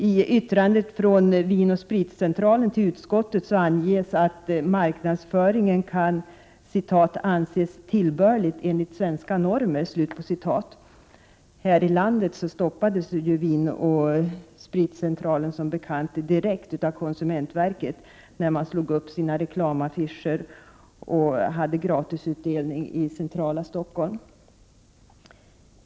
I yttrandet från Vin & Spritcentralen till utskottet anges att marknadsföringen kan ”anses tillbörlig enligt svenska normer”. Här i landet stoppades Vin & Spritcentralen som bekant direkt av konsumentverket när man slog upp sina reklamaffischer och hade gratisutdelning i centrala Stockholm.